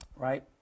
right